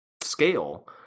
scale